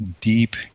deep